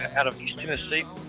out of east tennessee.